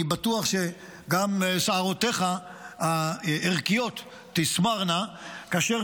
אני בטוח שגם שיערותיך הערכיות תסמרנה כאשר